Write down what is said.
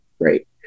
great